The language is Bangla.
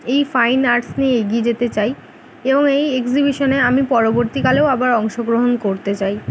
এই ফাইন আর্টস নিয়ে এগিয়ে যেতে চাই এবং এই এক্সিবিশনে আমি পরবর্তীকালেও আবার অংশগ্রহণ করতে চাই